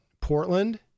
Portland